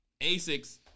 Asics